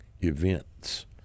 events